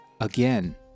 Again